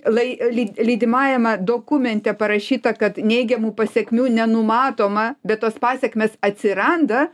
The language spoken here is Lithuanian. lai lydi lydimajame dokumente parašyta kad neigiamų pasekmių nenumatoma bet tos pasekmės atsiranda